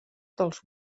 dels